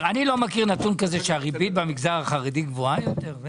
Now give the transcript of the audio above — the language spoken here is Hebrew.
אני לא מכיר שהריבית במגזר החרדי גבוהה יותר.